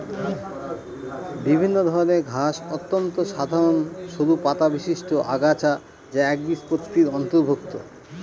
বিভিন্ন ধরনের ঘাস অত্যন্ত সাধারন সরু পাতাবিশিষ্ট আগাছা যা একবীজপত্রীর অন্তর্ভুক্ত